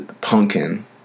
Pumpkin